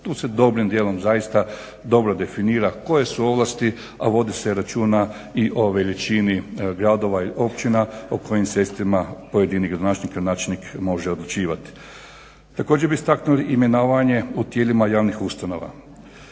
Tu se dobrim dijelom zaista dobro definira koje su ovlasti a vodi se računa i o veličini gradova i općina o kojim sredstvima pojedini načelnik, gradonačelnik može odlučivati. Također bih istaknuo imenovanje u tijelima javnih ustanova.